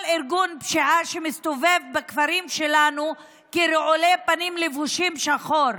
ארגון פשיעה שמסתובב בכפרים שלנו כרעולי פנים לבושים שחור.